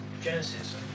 Genesis